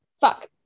fuck